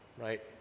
right